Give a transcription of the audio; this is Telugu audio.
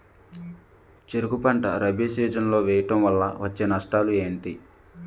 చెరుకు పంట రబీ సీజన్ లో వేయటం వల్ల వచ్చే నష్టాలు ఏంటి?